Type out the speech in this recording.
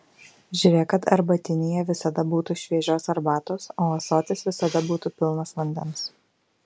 žiūrėk kad arbatinyje visada būtų šviežios arbatos o ąsotis visada būtų pilnas vandens